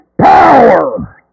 POWER